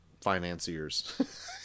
financiers